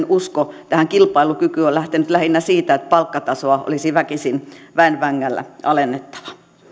usko tähän kilpailukykyyn on lähtenyt lähinnä siitä että palkkatasoa olisi väkisin väen vängällä alennettava